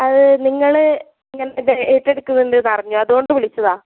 അതു നിങ്ങൾ ഇങ്ങനത്തേത് ഏറ്റെടുക്കുന്നുണ്ടെന്നറിഞ്ഞു അതുകൊണ്ട് വിളിച്ചതാണ്